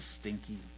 stinky